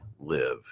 live